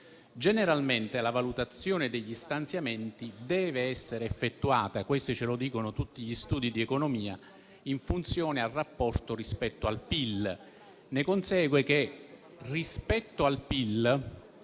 Generalmente la valutazione degli stanziamenti deve essere effettuata - ce lo dicono tutti gli studi di economia - in funzione al rapporto rispetto al PIL.